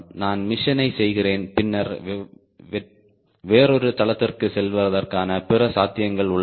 நான் மிஷினை செய்கிறேன் பின்னர் வேறொரு தளத்திற்குச் செல்வதற்கான பிற சாத்தியங்கள் உள்ளன